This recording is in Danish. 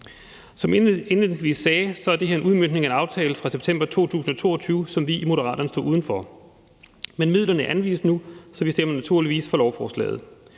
jeg indledningsvis sagde, er det her en udmøntning af en aftale fra november 2023, som vi i Moderaterne står uden for, men midlerne er anvist nu, så vi stemmer naturligvis for lovforslaget.